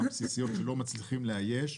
גם בסיסיות שלא מצליחים לאייש,